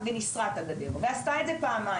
וניסרה את הגדר ועשתה את זה פעמיים.